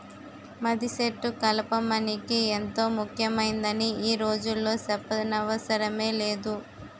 మద్దిసెట్టు కలప మనకి ఎంతో ముక్యమైందని ఈ రోజుల్లో సెప్పనవసరమే లేదు